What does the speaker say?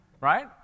right